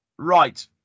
Right